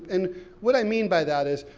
and what i mean by that is,